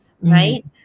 right